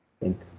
Thank